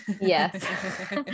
yes